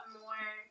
more